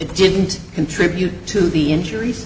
didn't contribute to the injuries